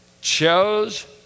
chose